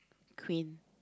queen